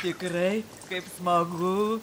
tikrai kaip smagu